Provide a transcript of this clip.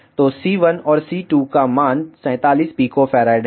तो C1 और C2 का मान 47 pF है